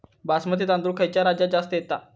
बासमती तांदूळ खयच्या राज्यात जास्त येता?